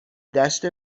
دشت